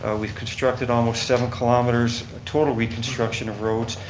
we've constructed almost seven kilometers total reconstruction of roads.